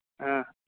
ᱦᱮᱸ